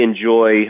enjoy